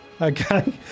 Okay